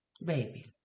baby